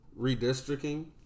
redistricting